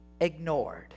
ignored